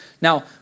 Now